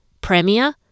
Premier